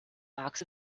box